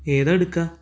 ഏതാണ് എടുക്കുക